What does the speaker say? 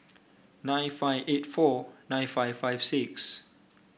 nine five eight four nine five five six